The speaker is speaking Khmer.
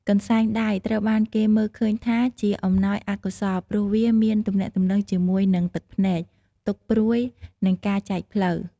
កន្សែងដៃត្រូវបានគេមើលឃើញថាជាអំណោយអកុសលព្រោះវាមានទំនាក់ទំនងជាមួយនឹងទឹកភ្នែក ទុក្ខព្រួយ និងការចែកផ្លូវ។